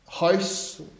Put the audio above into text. house